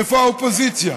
איפה האופוזיציה?